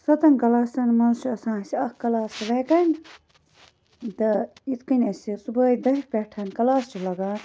سَتَن کلاسَن مَنٛز چھ آسان اَسہِ اکھ کلاس ویکینٹ تہٕ یِتھ کنۍ اَسہِ صُبحٲے دَہہِ پیٚٹھ کلاس چھُ لَگان